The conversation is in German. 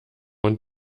und